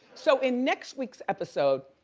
so in next week's episode,